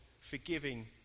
forgiving